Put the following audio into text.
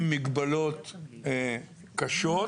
עם מגבלות קשות,